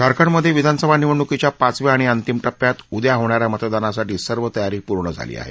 झारखंडमधे विधानसभा निवडणुकीच्या पाचव्या आणि अंतीम टप्प्यात उद्या होणा या मतदानासाठी सर्व तयारी पूर्ण झाली आहे